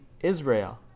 Israel